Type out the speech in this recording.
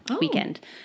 weekend